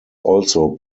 also